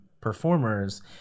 performers